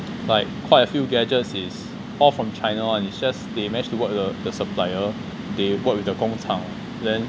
like quite a few gadgets is all from china [one] it's just they manage to work with the supplier they work with the 工厂 then